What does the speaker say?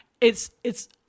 It's—it's